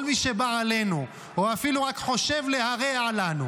כל מי שבא עלינו או אפילו רק חושב להרע לנו,